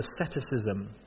asceticism